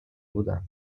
بودند